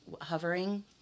hovering